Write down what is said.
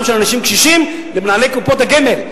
של אנשים קשישים למנהלי קופות הגמל.